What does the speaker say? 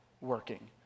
working